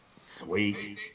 Sweet